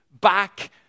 Back